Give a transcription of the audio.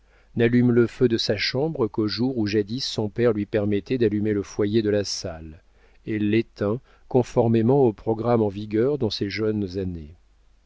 n'allume le feu de sa chambre qu'aux jours où jadis son père lui permettait d'allumer le foyer de la salle et l'éteint conformément au programme en vigueur dans ses jeunes années